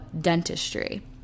dentistry